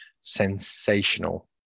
sensational